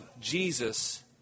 Jesus